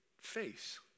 face